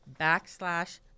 backslash